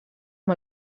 amb